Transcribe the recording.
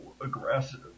aggressive